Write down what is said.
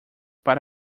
para